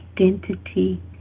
identity